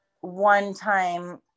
one-time